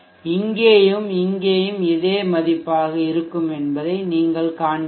இங்கேயும் இங்கேயும் இதே மதிப்பாக இருக்கும் என்பதை நீங்கள் காண்பீர்கள்